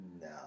no